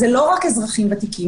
זה לא רק אזרחים ותיקים.